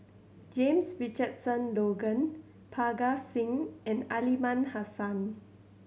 James Richardson Logan Parga Singh and Aliman Hassan